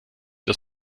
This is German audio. das